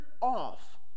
off